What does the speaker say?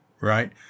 right